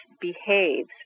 behaves